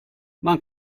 man